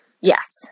Yes